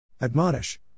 Admonish